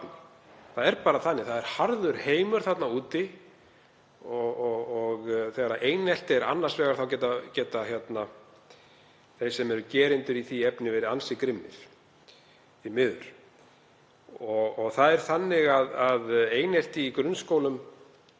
það er bara þannig. Það er harður heimur þarna úti og þegar einelti er annars vegar þá geta þeir sem eru gerendur í því verið ansi grimmir, því miður. Einelti í grunnskólum